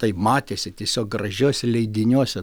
tai matėsi tiesiog gražiuose leidiniuose